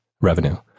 revenue